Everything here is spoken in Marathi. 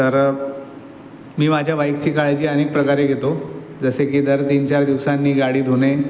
तर मी माझ्या बाईकची काळजी अनेक प्रकारे घेतो जसं की दर तीनचार दिवसांनी गाडी धुणे